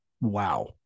wow